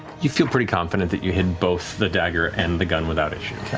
you feel pretty confident that you hid both the dagger and the gun without issue.